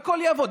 והכול יעבוד.